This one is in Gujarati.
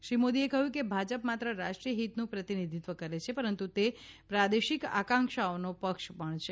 શ્રી મોદીએ કહ્યું કે ભાજપ માત્ર રાષ્ટ્રીય હિતનું પ્રતિનિધિત્વ કરે છે પરંતુ તે પ્રાદેશિક આકાંક્ષાઓનો પક્ષ પણ છે